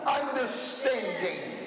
understanding